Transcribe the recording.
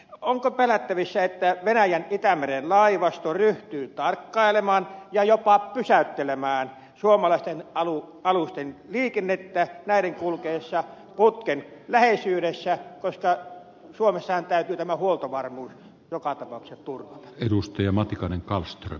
onko pelättävissä että venäjän itämeren laivasto ryhtyy tarkkailemaan ja jopa pysäyttelemään suomalaisten alusten liikennettä näiden kulkiessa putken läheisyydessä koska suomessahan täytyy tämä huoltovarmuus joka tapauksessa turvata